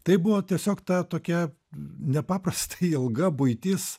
tai buvo tiesiog ta tokia nepaprastai ilga buitis